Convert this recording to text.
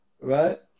right